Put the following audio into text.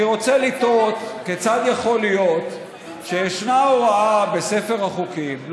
אני רוצה לתהות כיצד יכול להיות שישנה הוראה בספר החוקים,